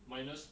minus